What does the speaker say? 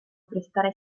prestare